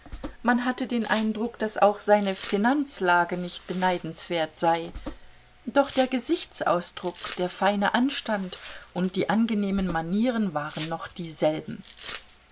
man hatte den eindruck daß auch seine finanzlage nicht beneidenswert sei doch der gesichtsausdruck der feine anstand und die angenehmen manieren waren noch dieselben